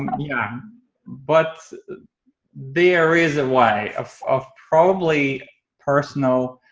yeah but there is a way of of probably personal